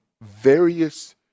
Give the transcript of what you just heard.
various